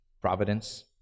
providence